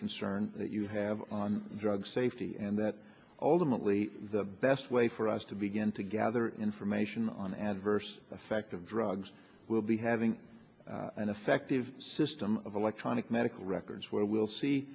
concern that you have on drug safety and that ultimately the best way for us to begin to gather information on the adverse effect of drugs we'll be having an effective system of electronic medical records where we'll see